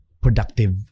productive